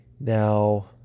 now